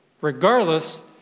Regardless